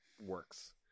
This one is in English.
works